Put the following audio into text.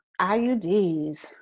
IUDs